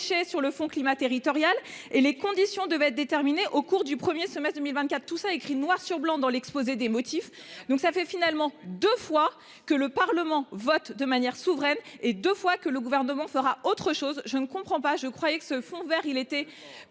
vers le fonds climat territorial, et les conditions devaient être déterminées au cours du premier semestre 2024. Tout cela écrit noir sur blanc dans l’exposé des motifs ! Et il ne s’est rien passé ! Cela fait deux fois que le Parlement vote de manière souveraine et que le Gouvernement ne suit pas ce vote. Je ne comprends pas : je croyais que le fonds vert devait